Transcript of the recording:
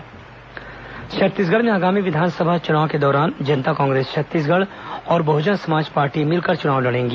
जकांछ बसपा गठबंधन छत्तीसगढ़ में आगामी विधानसभा चुनाव के दौरान जनता कांग्रेस छत्तीसगढ़ और बहुजन समाज पार्टी मिलकर चुनाव लड़ेंगी